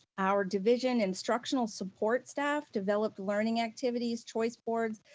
our division instructional support staff developed learning activities, choice boards,